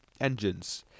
engines